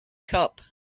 cup